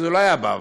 שזה לא היה בעבר,